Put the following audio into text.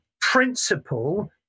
principle